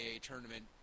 tournament